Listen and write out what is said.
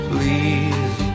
Please